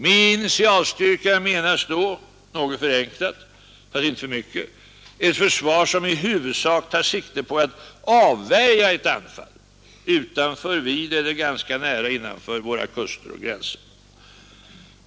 Med initialstyrka menas då — något förenklat, fast inte för mycket — ett försvar som i huvudsak tar sikte på att avvärja ett anfall utanför, vid eller ganska nära innanför våra kuster och gränser.